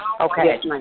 Okay